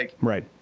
Right